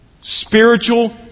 Spiritual